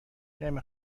نمی